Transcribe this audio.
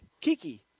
Kiki